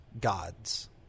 gods